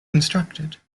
constructed